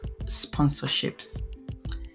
sponsorships